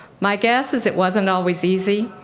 my guess is, it wasn't always easy,